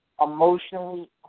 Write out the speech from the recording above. emotionally